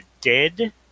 Dead